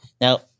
Now